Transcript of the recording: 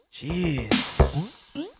jeez